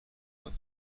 پاک